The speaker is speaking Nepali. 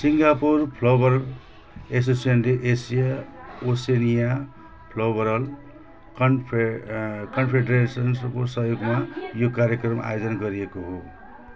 सिङ्गापुर फ्लोरबल एसोसिएसनले एसिया ओसेनिया फ्लोबरल कन्फे कन्फेडेरेसन्सको सहयोगमा यो कार्यक्रम आयोजन गरिएको हो